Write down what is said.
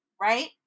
Right